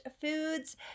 foods